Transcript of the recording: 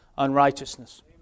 unrighteousness